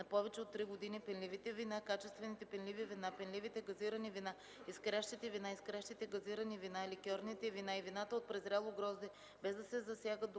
на повече от три години, пенливите вина, качествените пенливи вина, пенливите-газирани вина, искрящите вина, искрящите-газирани вина, ликьорните вина и вината от презряло грозде, без да се засягат допустимите